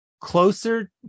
closer